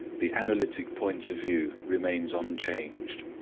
the analytic point of view remains unchanged.